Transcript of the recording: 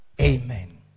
Amen